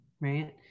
right